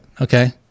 Okay